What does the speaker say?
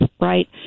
right